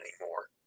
anymore